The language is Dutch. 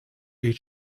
eet